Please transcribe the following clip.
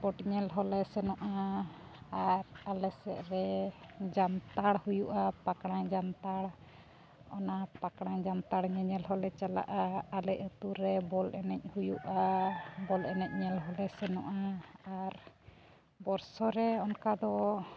spot ᱧᱮᱞ ᱦᱚᱸᱞᱮ ᱥᱮᱱᱚᱜᱼᱟ ᱟᱨ ᱟᱞᱮ ᱥᱮᱜ ᱨᱮ ᱡᱟᱱᱛᱷᱟᱲ ᱦᱩᱭᱩᱜᱼᱟ ᱯᱟᱠᱲᱮ ᱡᱟᱱᱛᱷᱟᱲ ᱚᱱᱟ ᱯᱟᱠᱲᱮ ᱡᱟᱱᱛᱷᱟᱲ ᱧᱮᱧᱮᱞ ᱦᱚᱸᱞᱮ ᱪᱟᱞᱟᱜᱼᱟ ᱪᱟᱞᱟᱜᱼᱟ ᱟᱞᱮ ᱟᱛᱳ ᱨᱮ ᱵᱚᱞ ᱮᱱᱮᱡ ᱦᱩᱭᱩᱜᱼᱟ ᱵᱚᱞ ᱮᱱᱮᱡ ᱧᱮᱞ ᱦᱚᱸᱞᱮ ᱥᱮᱱᱚᱜᱼᱟ ᱟᱨ ᱵᱚᱛᱥᱚᱨ ᱨᱮ ᱚᱱᱠᱟ ᱫᱚ